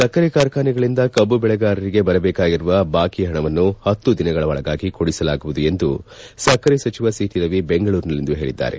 ಸಕ್ಕರೆ ಕಾರ್ಖಾನೆಗಳಿಂದ ಕಬ್ಬು ಬೆಳಗಾರರಿಗೆ ಬರಬೇಕಾಗಿರುವ ಬಾಕಿ ಪಣವನ್ನು ಪತ್ತು ದಿನಗಳ ಒಳಗಾಗಿ ಕೊಡಿಸಲಾಗುವುದು ಎಂದು ಸಕ್ಕರೆ ಸಚಿವ ಸಿಟಿ ರವಿ ಬೆಂಗಳೂರಿನಲ್ಲಿಂದು ಹೇಳಿದ್ದಾರೆ